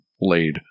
laid